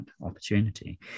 opportunity